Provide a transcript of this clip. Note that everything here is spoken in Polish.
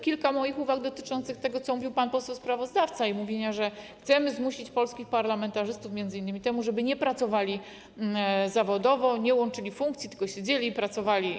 Kilka moich uwag dotyczy natomiast tego, co mówił pan poseł sprawozdawca, że chcemy zmusić polskich parlamentarzystów m.in. do tego, żeby nie pracowali zawodowo, nie łączyli funkcji, tylko siedzieli i pracowali.